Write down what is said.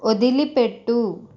వదిలిపెట్టు